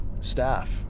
staff